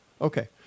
Okay